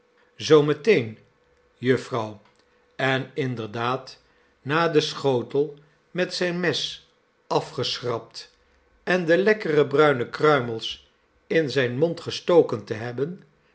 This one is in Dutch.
en inderdaad na den schotel met zijn mes afgeschrapt en de lekkere bruine kruimels in zijn mond gestoken te hebben